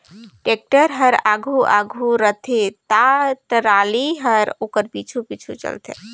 tractor हर आघु आघु रहथे ता टराली हर ओकर पाछू पाछु चलथे